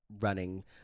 running